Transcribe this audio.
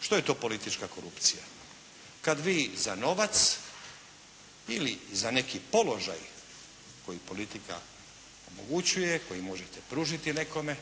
Što je to politička korupcija? Kad vi za novac ili za neki položaj koji politika omogućuje, koji možete pružiti nekome